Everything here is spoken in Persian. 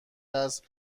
است